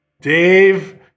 Dave